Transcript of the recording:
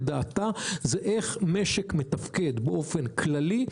דעתה זה איך משק מתפקד באופן כללי,